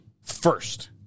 first